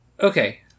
Okay